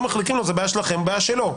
מחליקים לו זה בעיה שלכם או בעיה שלו,